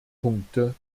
punkte